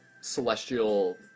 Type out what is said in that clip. celestial